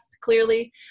clearly